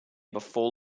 before